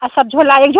आ सब झोला ए झो